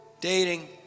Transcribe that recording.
dating